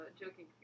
joking